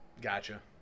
Gotcha